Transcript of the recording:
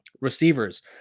Receivers